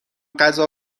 غذا